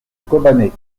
kobané